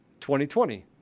2020